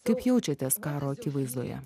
kaip jaučiatės karo akivaizdoje